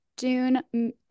dune